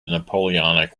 napoleonic